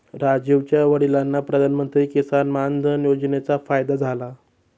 राजीवच्या वडिलांना प्रधानमंत्री किसान मान धन योजनेचा फायदा झाला